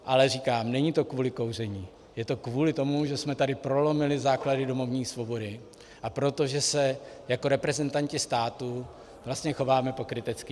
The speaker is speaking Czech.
Ale říkám, není to kvůli kouření, je to kvůli tomu, že jsme tady prolomili základy domovní svobody a protože se jako reprezentanti státu vlastně chováme pokrytecky.